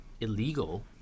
illegal